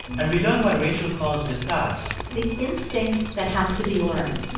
and we learn why rachel calls disgust. the instinct that has to be learned